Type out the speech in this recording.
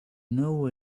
know